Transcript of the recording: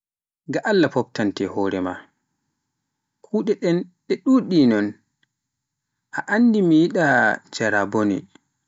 Ga Allah foftante hore maa, kuɗe ɗen ɗuɗi non, a anndi miɗa njara bone.